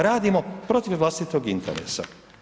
Radimo protiv vlastitog interesa.